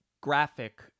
graphic